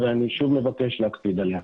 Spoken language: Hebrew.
ואני שוב מבקש להקפיד עליה.